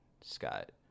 Scott